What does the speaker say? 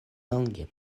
longe